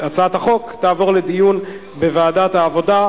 לדיון מוקדם בוועדת העבודה,